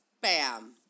Bam